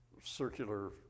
circular